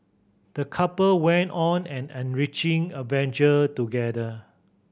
the couple went on an enriching adventure together